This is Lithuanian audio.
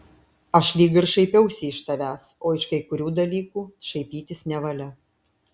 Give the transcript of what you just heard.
aš lyg ir šaipiausi iš tavęs o iš kai kurių dalykų šaipytis nevalia